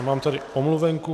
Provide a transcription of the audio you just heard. A mám tady omluvenku.